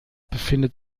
befindet